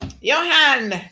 Johan